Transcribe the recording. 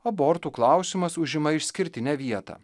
abortų klausimas užima išskirtinę vietą